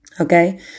Okay